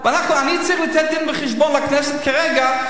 ואני צריך לתת דין-וחשבון לכנסת כרגע,